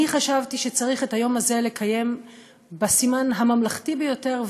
אני חשבתי שצריך לקיים את היום הזה בסימן הממלכתי ביותר,